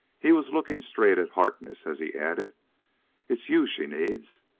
he was looking straight at harkness as he added it's you she needs.